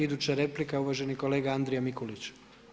Iduća replika uvaženi kolega Andrija Mikulić.